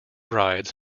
rides